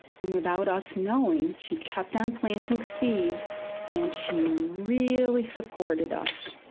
and without us knowing, she kept on planting seeds and she really supported us.